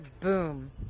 boom